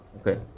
Okay